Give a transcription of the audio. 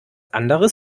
anderes